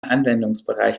anwendungsbereich